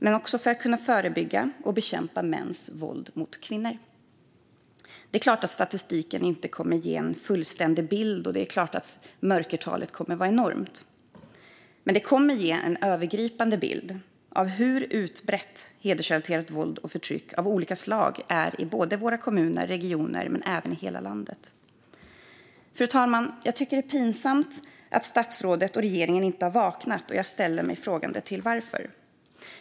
Vi måste också kunna förebygga och bekämpa mäns våld mot kvinnor. Det är klart att statistiken inte kommer att ge en fullständig bild och att mörkertalet kommer att vara enormt, men den kommer att ge en övergripande bild av hur utbrett hedersrelaterat våld och förtryck av olika slag är i våra kommuner och regioner och i hela landet. Fru talman! Jag tycker att det är pinsamt att statsrådet och regeringen inte har vaknat, och jag frågar mig varför.